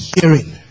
hearing